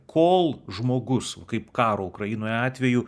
kol žmogus kaip karo ukrainoje atveju